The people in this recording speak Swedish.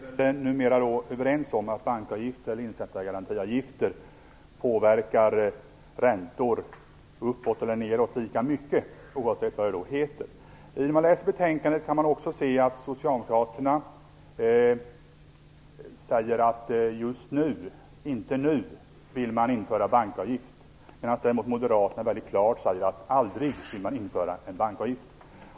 Herr talman! Vi är överens om att bankavgifter, eller insättargarantiavgifter, påverkar räntor uppåt eller nedåt lika mycket, oavsett vad det kallas för. I betänkandet kan man utläsa att socialdemokraterna säger att man inte vill införa en bankavgift just nu, medan moderaterna väldigt klart säger att de aldrig vill införa en sådan avgift.